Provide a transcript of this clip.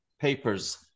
papers